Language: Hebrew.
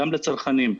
גם לצרכנים.